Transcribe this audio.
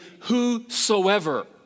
whosoever